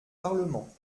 parlement